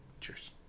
Cheers